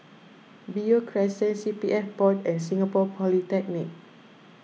Beo Crescent C P F Board and Singapore Polytechnic